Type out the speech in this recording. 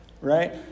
Right